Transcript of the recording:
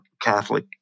Catholic